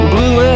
Blue